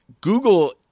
Google